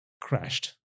crashed